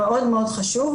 הוא מאוד מאוד חשוב.